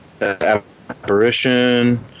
Apparition